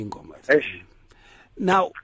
Now